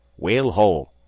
whale-hole,